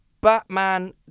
Batman